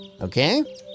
okay